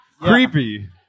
Creepy